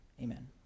amen